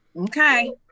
Okay